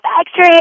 extra